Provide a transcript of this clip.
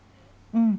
mm